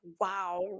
wow